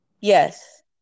Yes